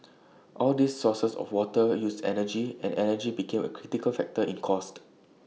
all these sources of water use energy and energy became A critical factor in cost